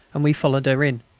and we followed her in.